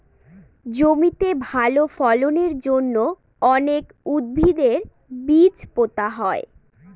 জমিতে ভালো ফলনের জন্য অনেক উদ্ভিদের বীজ পোতা হয়